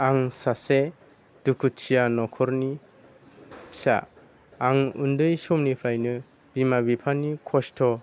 आं सासे दुखुथिया न'खरनि फिसा आं उन्दै समनिफ्रायनो बिमा बिफानि खस्थ'